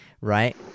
right